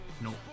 No